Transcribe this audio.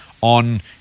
on